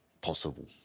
possible